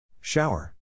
Shower